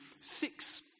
six